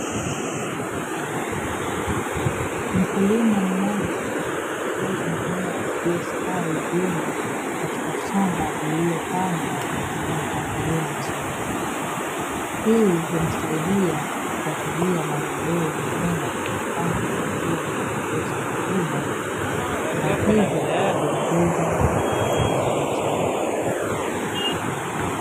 Mkulima mmoja anaangalia mimea iliyostawi vyema katika shamba lililopandwa kwa mpangilio mzuri; hii humsaidia kufatilia maendeleo ya mimea na kupanga hatua za kuboresha mavuno, na hivyo kuboresha kipato chake.